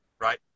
Right